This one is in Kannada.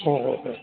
ಹೋ ಹೋ ಹೋ